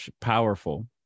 powerful